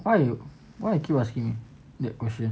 why you why I keep asking that question